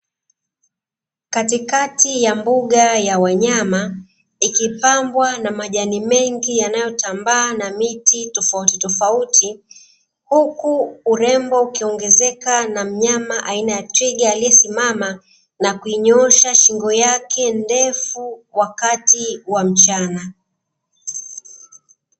Katikati ya mbuga ya wanyama , ikipambwa na majani mengi yanayotambaa na miti tofautitofauti , huku urembo ukiongezeka na mnyama aina ya twiga aliyesimama na kuinyoosha shingo yake ndefu wakati wa mchana.